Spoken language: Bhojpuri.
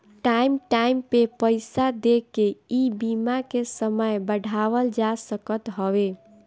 टाइम टाइम पे पईसा देके इ बीमा के समय बढ़ावल जा सकत हवे